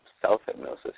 self-hypnosis